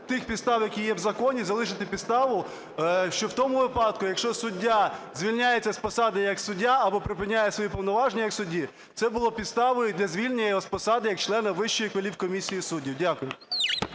тих підстав, які є в законі, залишити підставу, що в тому випадку, якщо суддя звільняється з посади як суддя або припиняє свої повноваження, як судді, це було б підставою для звільнення його з посади як члена Вищої кваліфкомісії суддів. Дякую.